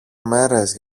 μέρες